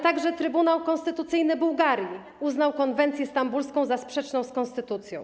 Trybunał Konstytucyjny Bułgarii uznał konwencję stambulską za sprzeczną z konstytucją.